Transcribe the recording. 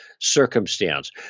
circumstance